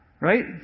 right